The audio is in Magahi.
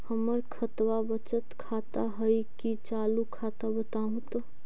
हमर खतबा बचत खाता हइ कि चालु खाता, बताहु तो?